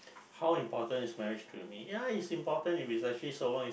how important is marriage to me ya is important if it is a so long is